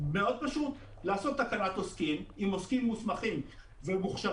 מאוד פשוט לעשות תקנת עוסקים עם עוסקים מוסמכים ומוכשרים,